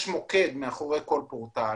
יש מוקד מאחורי כל פורטל